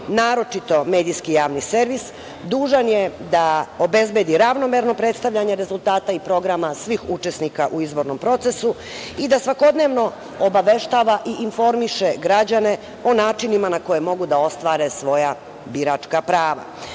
naročito medijski javni servis dužan su da obezbede ravnomerno predstavljanje rezultata i programa svih učesnika u izbornom procesu i da svakodnevno obaveštavaju i informišu građane o načinima na koje mogu da ostvare svoja biračka prava.U